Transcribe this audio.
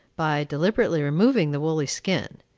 by deliberately removing the woolly skin.